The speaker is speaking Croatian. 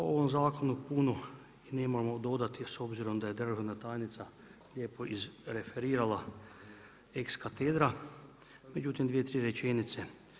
O ovom zakonu puno nemamo dodati s obzirom da je državna tajnica lijepo izreferirala ex katedra, međutim, 2, 3 rečenice.